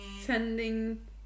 sending